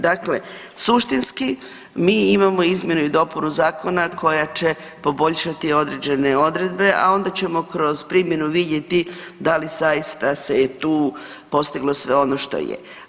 Dakle, suštinski mi imamo izmjene i dopunu zakona koja će poboljšati određene odredbe, a onda ćemo kroz primjenu vidjeti da li zaista se je tu postiglo sve ono što je.